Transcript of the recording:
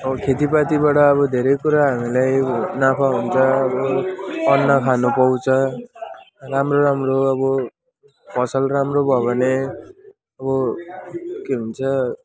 अनि अब खेतीपातीबाट अब धेरै कुरा हामीलाई नाफा हुन्छ अब अन्न खानु पाउँछ राम्रो राम्रो अब फसल राम्रो भयो भने अब के भन्छ